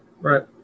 right